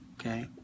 Okay